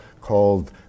called